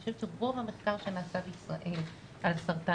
אני חושבת שרוב המחקר שנעשה בישראל על סרטן